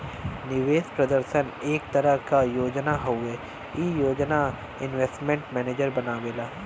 निवेश प्रदर्शन एक तरह क योजना हउवे ई योजना इन्वेस्टमेंट मैनेजर बनावेला